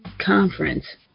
Conference